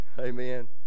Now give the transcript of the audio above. amen